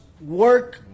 work